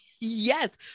Yes